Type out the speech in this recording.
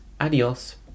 adios